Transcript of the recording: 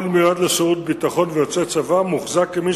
כל מיועד לשירות ביטחון ויוצא צבא מוחזק כמי